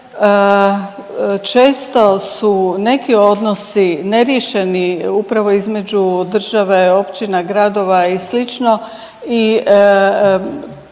često su neki odnosi neriješeni upravo između države, općine, gradova i